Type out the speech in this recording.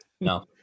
no